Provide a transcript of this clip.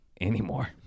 anymore